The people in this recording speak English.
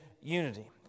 unity